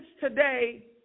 today